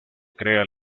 crea